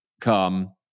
come